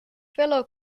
fellow